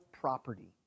property